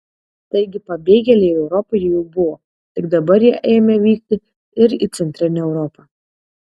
taigi pabėgėliai europoje jau buvo tik dabar jie ėmė vykti ir į centrinę europą